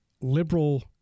liberal